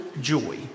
joy